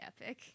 epic